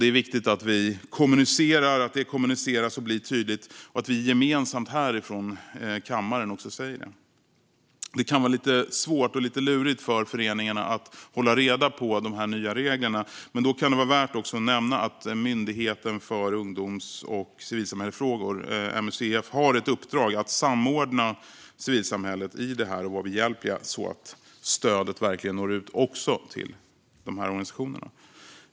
Det är viktigt att det kommuniceras så att det blir tydligt och att vi gemensamt härifrån kammaren också säger det. Det kan vara lite svårt och lite lurigt för föreningarna att hålla reda på de här nya reglerna, men då kan det vara värt att nämna att Myndigheten för ungdoms och civilsamhällefrågor, MUCF, har ett uppdrag att samordna civilsamhället i detta och vara behjälpliga så att stödet verkligen når ut också till dessa organisationer.